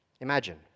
Imagine